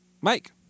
Mike